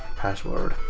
password.